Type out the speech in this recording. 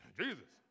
jesus